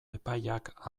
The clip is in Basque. epaiak